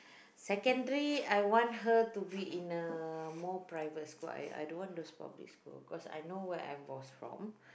secondary I want her to be in a more private school I I don't want those public school because I know where I was from